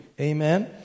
Amen